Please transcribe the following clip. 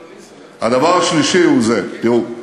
הדבר השלישי הוא זה, תראו,